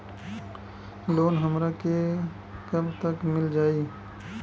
Loan हमरा के कब तक मिल जाई?